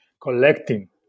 collecting